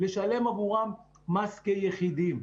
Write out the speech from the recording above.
לשלם עבורם מס כיחידים.